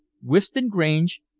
whiston grange,